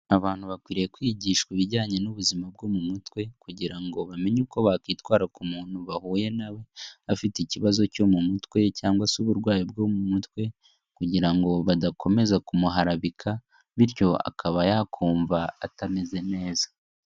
Abantu bakwiriye kwigishwa ibijyanye n'ubuzima bwo mu mutwe, kugira ngo bamenye uko bakwitwara ku muntu bahuye nawe afite ikibazo cyo mu mutwe, cyangwa se uburwayi bwo mu mutwe, kugira ngo badakomeza kumuharabika, bityo akaba yakumva atameze neza.